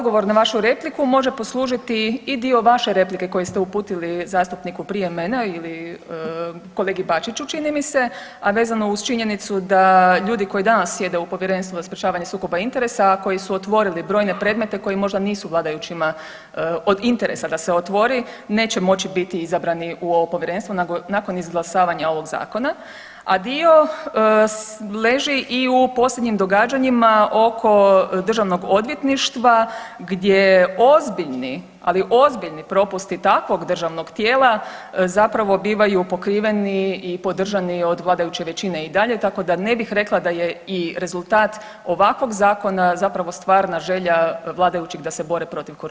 Kao odgovor na vašu repliku može poslužiti i dio vaše replike koji se uputili zastupniku prije mene ili kolegi Bačiću čini mi se, a vezano uz činjenicu da ljudi koji danas sjede u Povjerenstvu za sprječavanje sukoba interesa, a koji su otvorili brojne predmete koji možda nisu vladajućima od interesa da se otvori neće moći biti izabrani u ovo povjerenstvo nakon izglasavanja ovog zakona, a dio leži i u posljednjim događanjima oko državnog odvjetništva gdje ozbiljni, ali ozbiljni propusti takvog državnog tijela zapravo bivaju pokriveni i podržani od vladajuće većine i dalje, tako da ne bih rekla da je i rezultat ovakvog zakona zapravo stvarna želja vladajućih da se bore protiv korupcije.